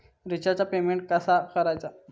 रिचार्जचा पेमेंट कसा करायचा?